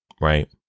right